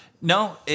No